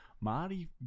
Marty